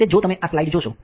તે જો તમે આ સ્લાઇડ જોશો